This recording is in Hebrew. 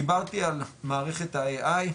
דיברתי על מערכת ה- AI,